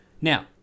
Now